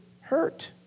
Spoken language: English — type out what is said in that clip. hurt